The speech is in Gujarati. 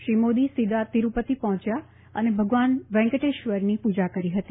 શ્રી મોદી સીધા તિરૂપતિ પહોચ્યા અને ભગવાન વેંકટેશ્વરની પુજા કરી હતી